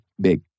big